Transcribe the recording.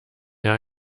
jahr